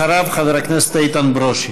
אחריו, חבר הכנסת איתן ברושי.